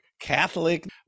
Catholic